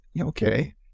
Okay